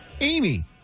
Amy